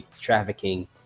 trafficking